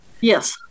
yes